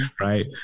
Right